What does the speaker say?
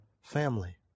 family